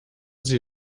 sie